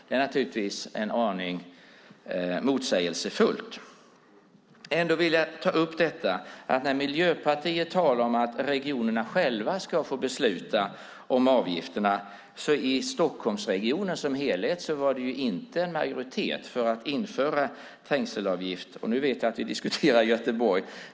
Det är naturligtvis en aning motsägelsefullt. Ändå vill jag ta upp att när Miljöpartiet talar om att regionerna själva ska få besluta om avgifterna var det i Stockholmsregionen som helhet inte en majoritet för att införa trängselavgift. Nu vet jag att vi diskuterar Göteborg.